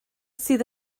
sydd